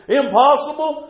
impossible